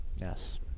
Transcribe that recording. Yes